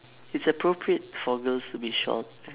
it's appropriate for girls to be short I